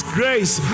grace